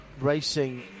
Racing